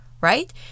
right